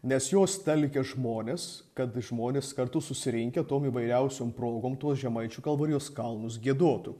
nes jos telkia žmones kad žmonės kartu susirinkę tom įvairiausiom progom tuos žemaičių kalvarijos kalnus giedotų